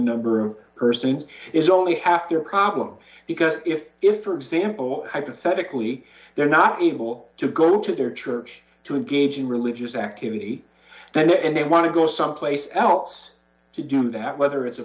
number of persons is only half their problem because if if for example hypothetically they're not able to go to their church to engage in religious activity and they want to go someplace else to do that whether it's a